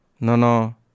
Nono